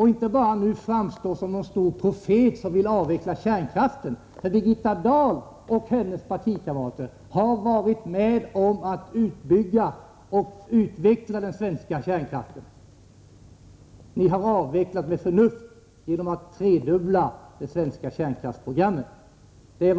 Hon kan inte framstå som någon stor profet som vill avveckla kärnkraften, för Birgitta Dahl och hennes partikamrater har varit med om att bygga ut och utveckla den svenska kärnkraften. Ni har avvecklat med förnuft genom att tredubbla det svenska — Nr 7 kärnkraftsprogrammet. Då